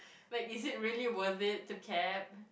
like is it really worthy it the cab